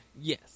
Yes